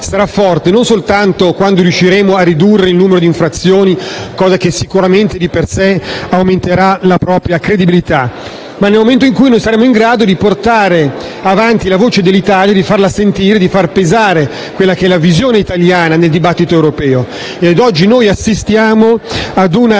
sarà forte non soltanto quando riusciremo a ridurre il numero di infrazioni, cosa che sicuramente di per sé aumenterà la nostra credibilità, ma nel momento in cui saremo in grado di portare avanti la voce dell'Italia, di farla sentire e di far pesare la visione italiana nel dibattito europeo. Oggi assistiamo ad una